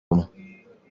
umwe